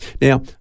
Now